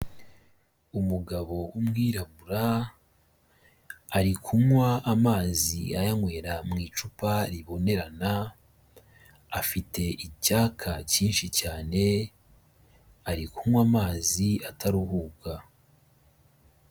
Umugabo w'umwirabura ari kunywa amazi ayanywera mu icupa ribonerana, afite icyaka cyinshi cyane, ari kunywa amazi ataruhuka.